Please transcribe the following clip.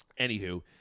Anywho